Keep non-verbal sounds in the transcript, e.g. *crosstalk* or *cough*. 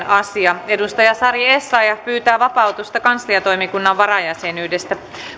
*unintelligible* asia sari essayah pyytää vapautusta kansliatoimikunnan varajäsenyydestä